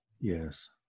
Yes